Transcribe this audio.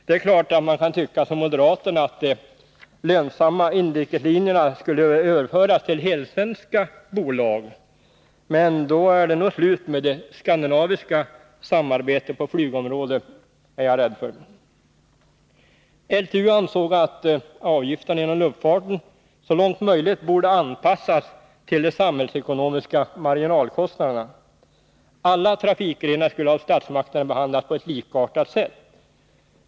Det är klart att man kan tycka som moderaterna, att de lönsamma inrikeslinjerna skulle överföras till helsvenska bolag, men jag är rädd för att det då nog är slut med det skandinaviska samarbetet på flygområdet. LTU ansåg att avgifterna inom luftfarten så långt möjligt borde anpassas till de samhällsekonomiska marginalkostnaderna. Alla trafikgrenar skulle av statsmakterna behandlas på ett likartat sätt.